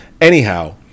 Anyhow